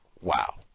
wow